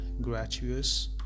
gratuitous